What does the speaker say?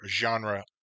genre